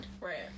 right